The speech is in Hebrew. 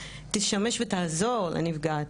תשמש ותעזור לנפגעת.